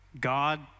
God